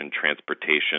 transportation